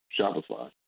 Shopify